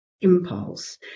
impulse